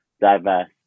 diverse